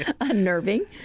unnerving